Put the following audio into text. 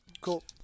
Cool